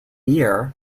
year